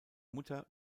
mutter